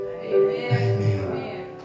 Amen